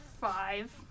five